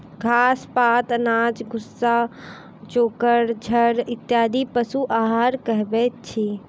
घास, पात, अनाज, भुस्सा, चोकर, खड़ इत्यादि पशु आहार कहबैत अछि